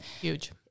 Huge